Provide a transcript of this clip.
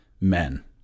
men